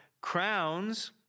crowns